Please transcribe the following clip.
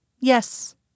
Yes